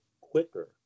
quicker